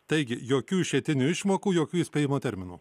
taigi jokių išeitinių išmokų jokių įspėjimo terminų